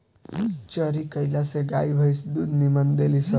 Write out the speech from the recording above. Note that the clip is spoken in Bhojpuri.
चरी कईला से गाई भंईस दूध निमन देली सन